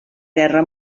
guerra